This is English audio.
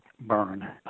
burn